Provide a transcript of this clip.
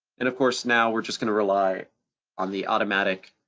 and of course, now we're just gonna rely on the automatic